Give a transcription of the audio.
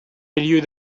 milieux